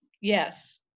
Yes